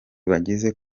bagize